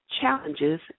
challenges